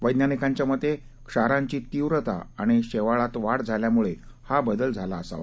वैज्ञानिकांच्या मते क्षारांची तीव्रता आणि शेवाळाती वाढ झाल्यामुळं हा बदल झाला असावा